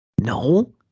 No